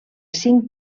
cinc